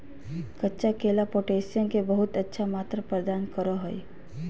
कच्चा केला पोटैशियम के बहुत अच्छा मात्रा प्रदान करो हइ